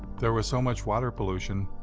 there was so much water pollution,